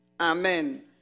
Amen